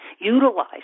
utilize